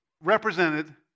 represented